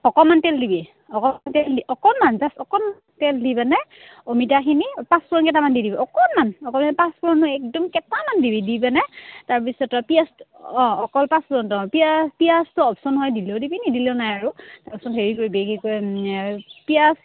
অকণমান তেল দিবি অকণমান তেল দি অকণমান জাষ্ট অকণমান তেল দি পেলাই অমিতাখিনি কেইটামান দি দিবি অকণমান অকণমান একদম কেইটামান দিবি দি পেনাই তাৰপিছত পিঁয়াজ অঁ অকল পাঁচশ অপশ্যন হয় দিলেও দিবি নিদিলেও নাই আৰু তাৰপিছত হেৰি কৰিবি কি কৰে পিঁয়াজ